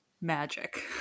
magic